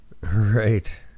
Right